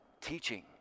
teaching